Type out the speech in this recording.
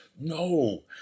no